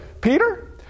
Peter